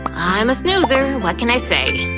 i'm a snoozer, what can i say.